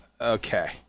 Okay